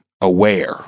aware